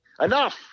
enough